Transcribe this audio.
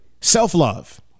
self-love